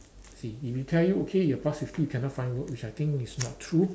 see if he tell you okay you're pass fifty you cannot find work which I think is not true